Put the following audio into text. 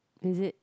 is it